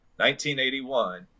1981